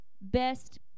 best